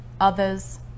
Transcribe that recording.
others